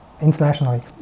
internationally